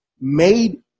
made